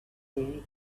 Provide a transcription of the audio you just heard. very